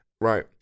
right